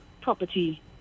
property